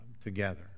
together